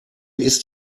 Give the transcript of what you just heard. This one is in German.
ist